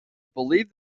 believed